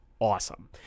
awesome